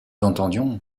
entendions